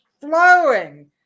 flowing